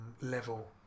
level